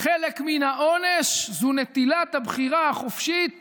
חלק מן העונש זה נטילת הבחירה החופשית